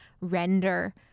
render